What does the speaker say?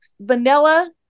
vanilla